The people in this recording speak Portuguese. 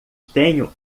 tenho